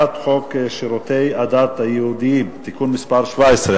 הצעת חוק שירותי הדת היהודיים (תיקון מס' 17),